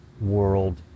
world